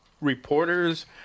reporters